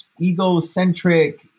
egocentric